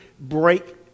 break